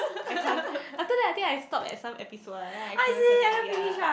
I can't after that I think I just stop at some episodes and then I couldn't continue ya